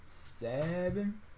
seven